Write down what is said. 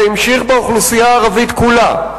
זה המשיך באוכלוסייה הערבית כולה,